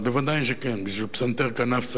בשביל פסנתר כנף צריך ואחד אל-בית,